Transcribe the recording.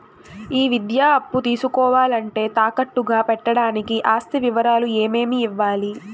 ఈ విద్యా అప్పు తీసుకోవాలంటే తాకట్టు గా పెట్టడానికి ఆస్తి వివరాలు ఏమేమి ఇవ్వాలి?